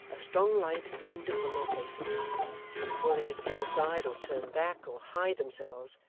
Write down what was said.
a strong light gleamed upon their faces and before they could slip aside, or turn back, or hide themselves,